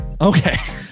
Okay